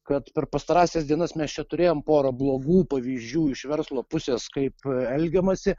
kad per pastarąsias dienas mes čia turėjom porą blogų pavyzdžių iš verslo pusės kaip elgiamasi